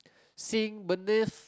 sink beneath